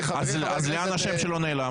אז לאן השם שלו נעלם?